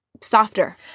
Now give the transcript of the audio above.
softer